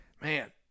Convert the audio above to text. man